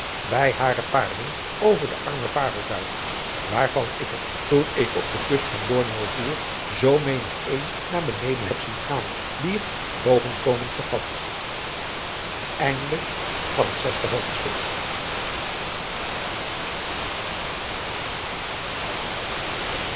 bij hare parelen over de arme parelduikers waarvan ik er toen ik op de kust van borneo voer zoo menig een naar beneden heb zien gaan die het boven komen vergat